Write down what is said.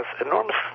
enormous